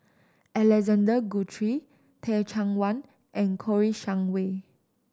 Alexander Guthrie Teh Cheang Wan and Kouo Shang Wei